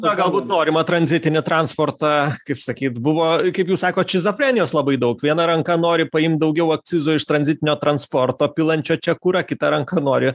na galbūt norima tranzitinį transportą kaip sakyt buvo kaip jūs sakot šizofrenijos labai daug viena ranka nori paimt daugiau akcizo iš tranzitinio transporto pilančio čia kurą kita ranka nori